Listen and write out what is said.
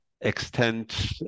extend